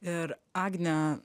ir agne